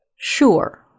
sure